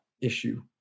issue